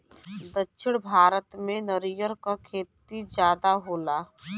दक्षिण भारत में नरियर क खेती जादा होला